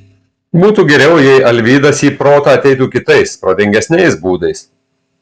būtų geriau jei alvydas į protą ateitų kitais protingesniais būdais